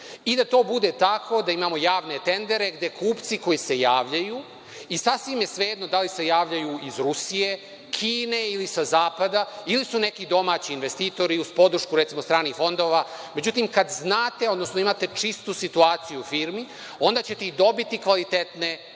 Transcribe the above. i da to bude tako da imamo javne tendere, gde kupci koji se javljaju, i sasvim je svejedno da li se javljaju iz Rusije, Kine, ili sa zapada, ili su neki domaći investitori uz podršku, recimo, stranih fondova. Međutim, kad znate, odnosno imate čistu situaciju u firmi, onda ćete i dobiti kvalitetne